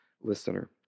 listener